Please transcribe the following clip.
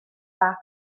bach